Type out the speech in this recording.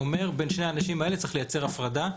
אומר: בין שני האנשים האלה צריך לייצר הפרדה,